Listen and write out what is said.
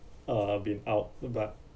uh I've been out but